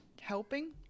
helping